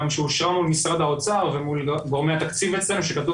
גם שאושרה מול משרד האוצר ומול גורמי התקציב אצלנו שכתוב